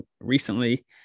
recently